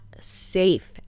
safe